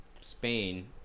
Spain